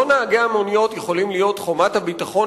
לא נהגי המוניות יכולים להיות חומת הביטחון